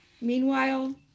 Meanwhile